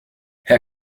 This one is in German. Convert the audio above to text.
herr